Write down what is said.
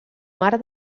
mar